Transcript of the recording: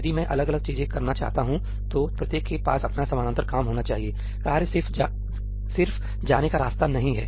यदि मैं अलग अलग चीजें करना चाहता हूं तो प्रत्येक के पास अपना समानांतर काम होना चाहिए कार्य सिर्फ जाने का रास्ता नहीं है